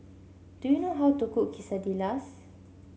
do you know how to cook Quesadillas